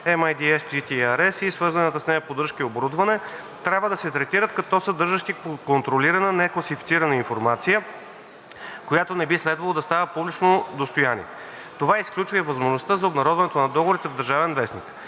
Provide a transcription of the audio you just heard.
(MIDS JTRS) и свързана с нея поддръжка и оборудване“ трябва да се третират като съдържащи контролирана некласифицирана информация, която не би следвало да става публично достояние. Това изключва и възможността за обнародването на договорите в „Държавен вестник“.